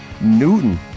Newton